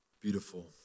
beautiful